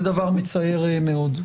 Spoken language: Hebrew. זה דבר מצער מאוד.